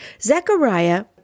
Zechariah